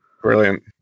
Brilliant